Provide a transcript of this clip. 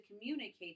communicate